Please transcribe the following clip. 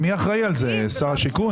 למה זה לא בוצע?